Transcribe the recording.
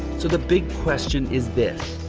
so the big question is this,